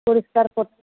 ପରିଷ୍କାର କରି